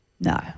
No